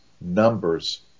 numbers